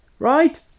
Right